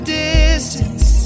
distance